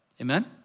Amen